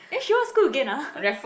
eh she what school again ah